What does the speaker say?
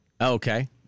Okay